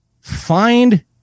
Find